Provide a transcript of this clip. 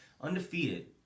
undefeated